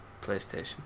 Playstation